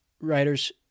writers